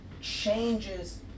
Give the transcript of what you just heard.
changes